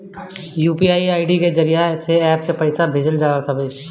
UPI के जरिया से एप्प से पईसा भेजल जात हवे